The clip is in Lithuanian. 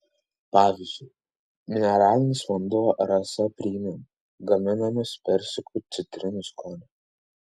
pavyzdžiui mineralinis vanduo rasa premium gaminamas persikų citrinų skonio